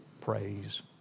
praise